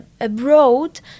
abroad